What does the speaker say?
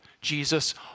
Jesus